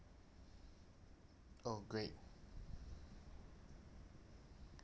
oh great